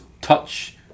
touch